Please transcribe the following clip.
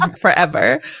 forever